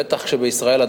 בטח בישראל,